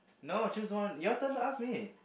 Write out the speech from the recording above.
no choose one your turn to ask me